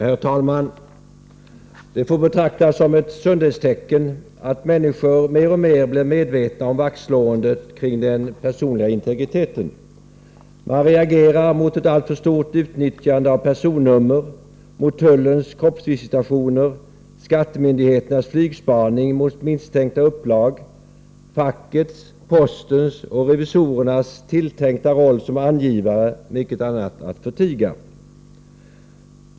Herr talman! Det får betraktas som ett sundhetstecken att människor mer och mer blir medvetna om vaktslåendet kring den personliga integriteten. Man reagerar mot ett alltför stort utnyttjande av personnummer, mot tullens kroppsvisitationer, skattemyndigheternas flygspaning mot misstänkta upplag, fackets, postens och revisorernas tilltänkta roll som angivare — mycket annat att förtiga.